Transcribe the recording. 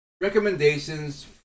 recommendations